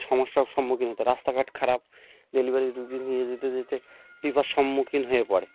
সমস্যার সম্মুখীন হতে হয় রাস্তাঘাট খারাপ ডেলিভারির রোগী নিয়ে যেতে যেতে বিপদ সম্মুখীন হয়ে পড়ে